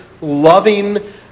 loving